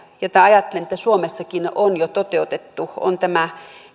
josta ajattelin että suomessakin on jo toteutettu on tämä